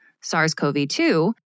SARS-CoV-2